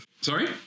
Sorry